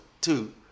two